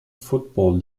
football